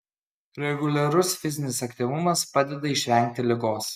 reguliarus fizinis aktyvumas padeda išvengti ligos